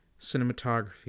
cinematography